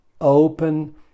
open